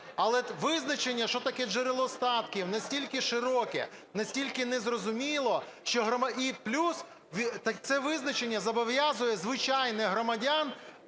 але визначення, що таке джерело статків настільки широке, настільки незрозуміле, що… і плюс, це визначення зобов'язує звичайних громадян